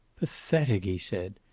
pathetic he said.